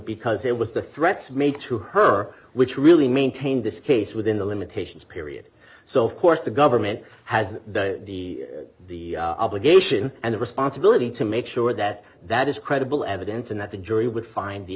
because it was the threats made to her which really maintained this case within the limitations period so of course the government has the the obligation and responsibility to make sure that that is credible evidence and that the jury would find the